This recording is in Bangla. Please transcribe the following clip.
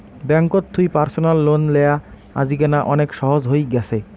ব্যাঙ্ককোত থুই পার্সনাল লোন লেয়া আজিকেনা অনেক সহজ হই গ্যাছে